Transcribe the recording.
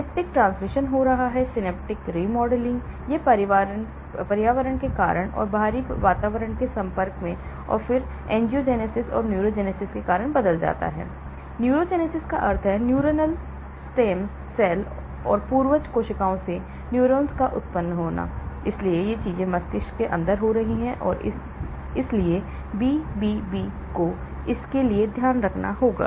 synaptic transmission हो रहा है सिनैप्टिक रिमॉडलिंग यह पर्यावरण के कारण और बाहरी वातावरण के संपर्क में और फिर एंजियोजेनेसिस और न्यूरोजेनेसिस के कारण बदल जाता है न्यूरोजेनेसिस का अर्थ है न्यूरल स्टेम सेल और पूर्वज कोशिकाओं से न्यूरॉन्स उत्पन्न होते हैं इसलिए ये चीजें मस्तिष्क के अंदर हो रही हैं और इसलिए BBB को इसके लिए ध्यान रखना होगा